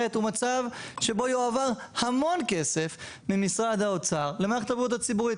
הוא מצב שבו יועבר המון כסף ממשרד האוצר למערכת הבריאות הציבורית,